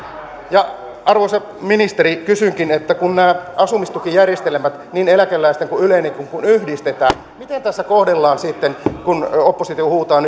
laittaa arvoisa ministeri kysynkin että kun nämä asumistukijärjestelmät niin eläkeläisten kuin yleinenkin yhdistetään miten tässä kohdellaan sitten kun oppositio huutaa